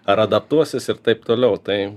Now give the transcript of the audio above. ar adaptuosis ir taip toliau tai